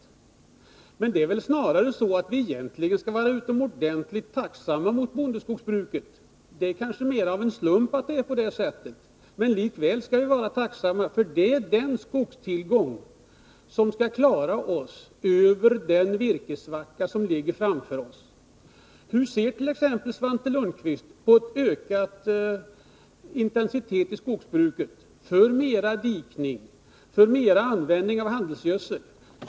Det beror kanske mer på en slump att det är på det sättet, men likväl skall vi vara utomordentligt tacksamma mot bondeskogsbruket, för det är den skogstillgången som skall klara oss över den virkessvacka som ligger framför oss. Hur ser Svante Lundkvist t.ex. på en ökad intensitet i skogsbruket — mera dikning och användning av handelsgödsel?